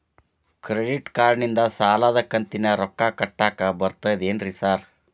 Credit ಕಾರ್ಡನಿಂದ ಸಾಲದ ಕಂತಿನ ರೊಕ್ಕಾ ಕಟ್ಟಾಕ್ ಬರ್ತಾದೇನ್ರಿ ಸಾರ್?